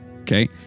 okay